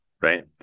right